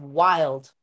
wild